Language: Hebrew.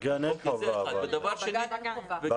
בגן אין חובה לעטות מסכה.